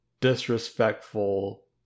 disrespectful